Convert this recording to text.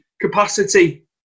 capacity